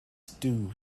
stew